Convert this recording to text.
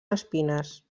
espines